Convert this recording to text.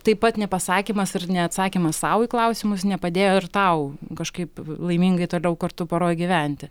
taip pat nepasakymas ir neatsakymas sau į klausimus nepadėjo ir tau kažkaip laimingai toliau kartu poroj gyventi